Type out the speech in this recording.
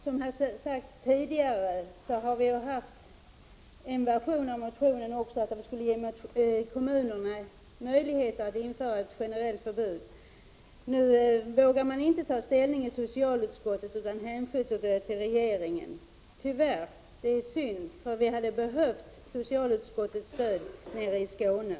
Som tidigare har sagts här så har det funnits en tidigare version av motionen, vari föreslogs att kommunerna skulle få möjlighet att införa ett generellt förbud. Socialutskottet vågar nu tyvärr inte ta ställning i frågan, utan man hänskjuter ärendet till regeringen. Det är synd, för vi hade = Prot. 1989/90:35 behövt socialutskottets stöd nere i Skåne.